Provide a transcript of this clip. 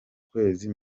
kwezi